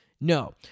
No